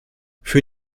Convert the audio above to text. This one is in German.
für